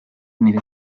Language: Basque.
nire